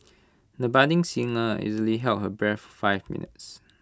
the budding singer easily held her breath for five minutes